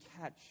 catch